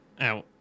out